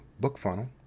BookFunnel